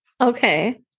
Okay